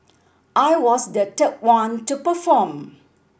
I was the third one to perform